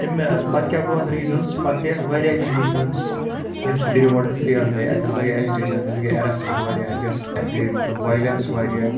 تہٕ مےٚ پتہٕ کیٛاہ گوٚو اَتھ ریٖزنٕز پَتہٕ گٔے اَتھ واریاہ کیٚنہہ ریٖزنٕز ییٚمہِ سۭتۍ یہِ رِوولٹ فیل گٔے اَتہِ ہسا گٔے ایجٹیشَن اَتہِ ہسا گٔے اٮ۪رٮ۪سٹٕز واریاہ اَتہ گژھ اَتہِ گٔے مطلب وایلٮ۪نٕس واریاہ